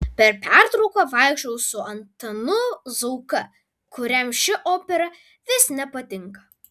per pertrauką vaikščiojau su antanu zauka kuriam ši opera vis nepatinka